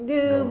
dia